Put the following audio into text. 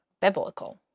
biblical